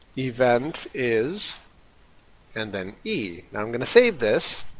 event is and then e. i'm going to save this,